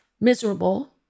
miserable